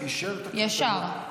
ישר.